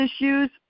issues